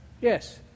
Yes